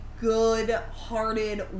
good-hearted